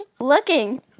looking